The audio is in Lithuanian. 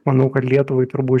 manau kad lietuvai turbūt